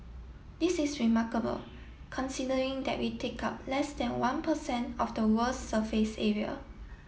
this is remarkable considering that we take up less than one percent of the world's surface area